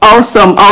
Awesome